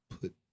put